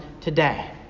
today